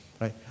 right